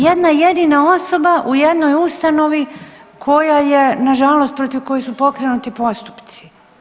Jedna jedina osoba u jednoj ustanovi koja je nažalost protiv koje su pokrenuti postupci.